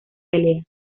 pelea